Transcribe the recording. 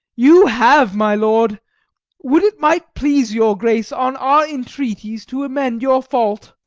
you have, my lord would it might please your grace, on our entreaties, to amend your fault!